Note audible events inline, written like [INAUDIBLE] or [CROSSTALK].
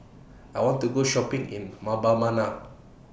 I want to Go Shopping in [NOISE] Mbabana